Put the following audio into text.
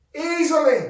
easily